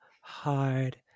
hard